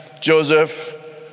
Joseph